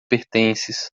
pertences